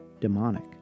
demonic